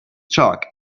chalk